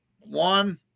one